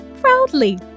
proudly